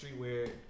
streetwear